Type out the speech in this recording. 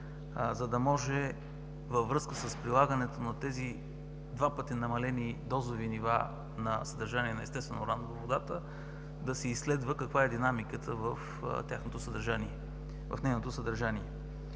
за да може във връзка с прилагането на тези два пъти намалени дозови нива на съдържание на естествен уран във водата да се изследва каква е динамиката в нейното съдържание. В резултат